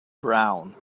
brown